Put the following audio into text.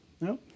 No